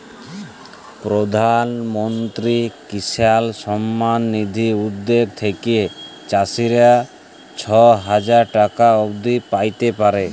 পরধাল মলত্রি কিসাল সম্মাল লিধি উদ্যগ থ্যাইকে চাষীরা ছ হাজার টাকা অব্দি প্যাইতে পারে